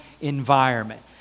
environment